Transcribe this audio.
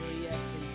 yes